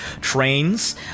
trains